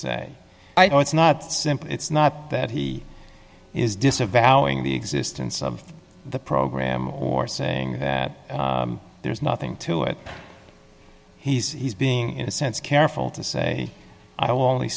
say i know it's not simple it's not that he is disavowing the existence of the program or saying that there's nothing to it he's being in a sense careful to say i